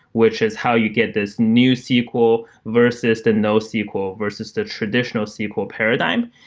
which is how you get this newsql versus the nosql versus the traditional sql paradigm.